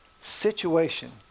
situation